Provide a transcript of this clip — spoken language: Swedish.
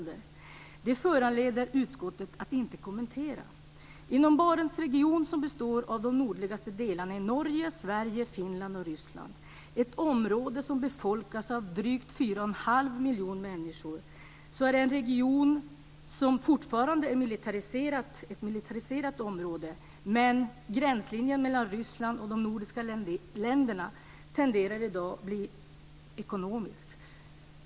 Detta föranleder inte utskottet att göra någon kommentar. Norge, Sverige, Finland och Ryssland. Det är ett område som befolkas av drygt 4 1⁄2 miljoner människor. Regionen är fortfarande ett militariserat område, men gränslinjen mellan Ryssland och de nordiska länderna tenderar i dag att bli ekonomisk.